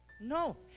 No